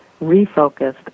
refocused